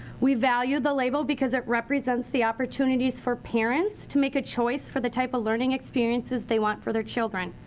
we value the label because it represents the opportunities for parents to make a choice for the type of learning experiences they want for their children.